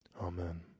Amen